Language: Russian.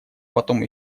потом